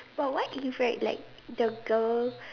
but what if right like the girl